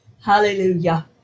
Hallelujah